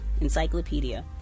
encyclopedia